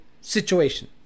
situation